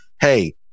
hey